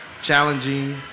challenging